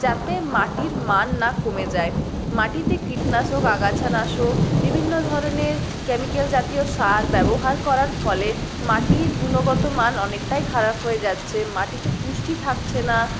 যাতে মাটির মান না কমে যায় মাটিতে কীটনাশক আগাছানাশক বিভিন্ন ধরনের কেমিকেল জাতীয় সার ব্যবহার করার ফলে মাটির গুণগতমান অনেকটাই খারাপ হয়ে যাচ্ছে মাটিতে পুষ্টি থাকছে না